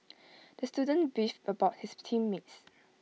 the student beefed about his team mates